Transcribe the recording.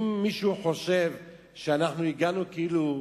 אם מישהו חושב שהגענו, כאילו,